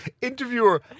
interviewer